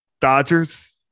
Dodgers